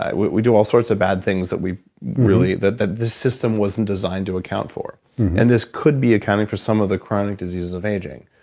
ah we we do all sorts of bad things that we really, that that this system wasn't designed to account for and this could be accounting for some of the chronic diseases of aging.